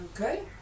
Okay